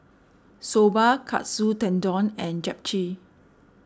Soba Katsu Tendon and Japchae